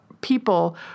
People